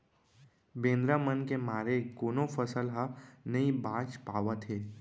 बेंदरा मन के मारे कोनो फसल ह नइ बाच पावत हे